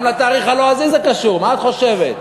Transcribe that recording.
גם לתאריך הלועזי זה קשור, מה את חושבת?